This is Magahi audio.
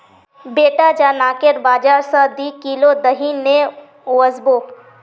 बेटा जा नाकेर बाजार स दी किलो दही ने वसबो